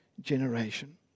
generation